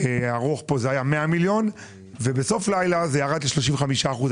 ארוך הסכום היה 100 מיליון ובסוף הלילה הסכום ירד ל-35 אחוזים.